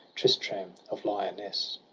tristram of lyoness.